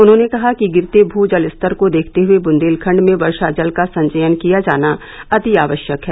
उन्होंने कहा कि गिरते हुए भूजल स्तर को देखते हुए बुन्देलखंड में वर्षा जल का संचयन किया जाना अति आवश्यक है